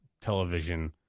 television